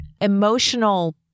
emotional